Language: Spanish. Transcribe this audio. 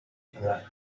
general